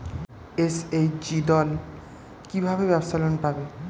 SHG দল কী ভাবে ব্যাবসা লোন পাবে?